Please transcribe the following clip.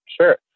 Sure